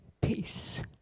peace